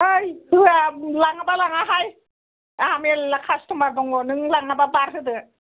है होया लाङाबा लाङा हाय आंहा मेरला काष्टमार दङ नों लाङाबा बाद होदो